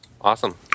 Awesome